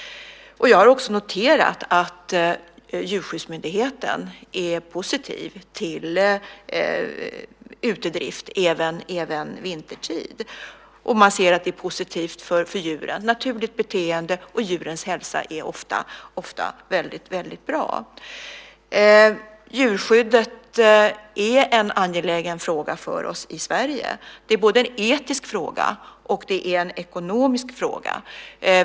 Jag har också noterat att Djurskyddsmyndigheten är positiv till utedrift även vintertid. Man ser att det är positivt för djuren, naturligt beteende, och djurens hälsa är ofta väldigt bra. Djurskyddet är en angelägen fråga för oss i Sverige. Det är både en etisk och en ekonomisk fråga.